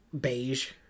beige